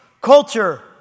culture